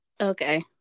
okay